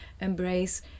embrace